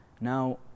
Now